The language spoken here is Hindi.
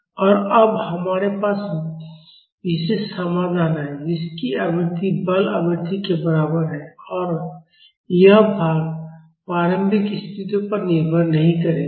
और अब हमारे पास विशेष समाधान है जिसकी आवृत्ति बल आवृत्ति के बराबर है और यह भाग प्रारंभिक स्थिति पर निर्भर नहीं करेगा